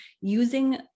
using